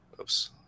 oops